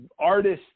artists